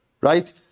Right